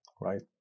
right